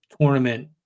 tournament